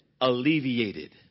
alleviated